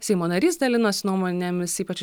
seimo narys dalinosi nuomonėmis ypač